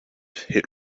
hit